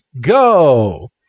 go